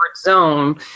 zone